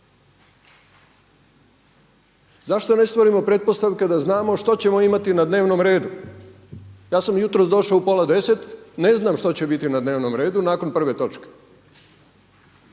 Zašto ne stvorimo pretpostavke da znamo što ćemo imati na dnevnom redu? Ja sam jutros došao u pola deset, ne znam što će biti na dnevnom redu nakon prve točke.